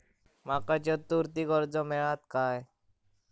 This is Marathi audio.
माका चतुर्थीक कर्ज मेळात काय?